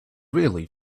really